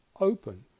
open